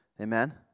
Amen